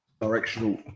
directional